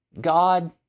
God